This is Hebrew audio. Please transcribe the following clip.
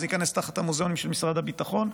שהוא ייכנס תחת משרד הביטחון,